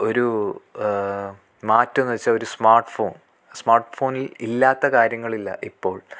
ഒരു മാറ്റൊന്നുവെച്ചാൽ ഒരു സ്മാട്ട് ഫോൺ സ്മാട്ട് ഫോണിൽ ഇല്ലാത്തകാര്യങ്ങളില്ല ഇപ്പോൾ